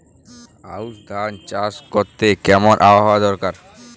আউশ ধান চাষ করতে কেমন আবহাওয়া দরকার?